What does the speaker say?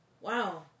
Wow